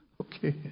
Okay